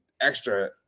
extra